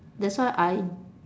that's why I